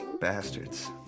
Bastards